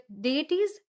deities